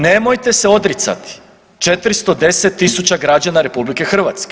Nemojte se odricati 410.000 građana RH.